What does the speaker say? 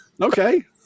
Okay